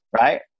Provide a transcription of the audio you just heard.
Right